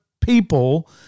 people